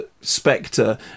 spectre